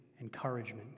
encouragement